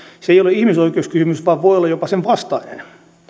se ei ole ihmisoikeuskysymys vaan voi olla jopa sen vastainen